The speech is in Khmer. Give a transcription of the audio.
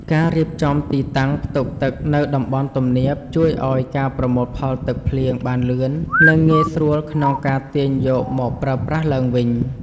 ការរៀបចំទីតាំងផ្ទុកទឹកនៅតំបន់ទំនាបជួយឱ្យការប្រមូលផលទឹកភ្លៀងបានលឿន និងងាយស្រួលក្នុងការទាញយកមកប្រើប្រាស់ឡើងវិញ។